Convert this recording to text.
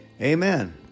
Amen